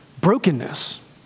brokenness